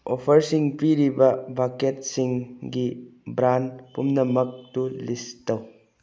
ꯑꯣꯐꯔꯁꯤꯡ ꯄꯤꯔꯤꯕ ꯕꯛꯀꯦꯠꯁꯤꯡꯒꯤ ꯕ꯭ꯔꯥꯟ ꯄꯨꯝꯅꯃꯛꯇꯨ ꯂꯤꯁ ꯇꯧ